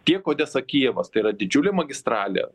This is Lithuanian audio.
tiek odesa kijevas tai yra didžiulė magistralė